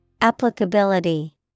Applicability